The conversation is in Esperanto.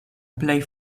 plej